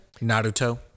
Naruto